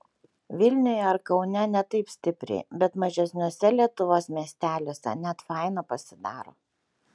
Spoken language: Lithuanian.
vilniuje ar kaune ne taip stipriai bet mažesniuose lietuvos miesteliuose net faina pasidaro